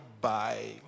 bye